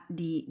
di